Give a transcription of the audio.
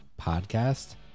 Podcast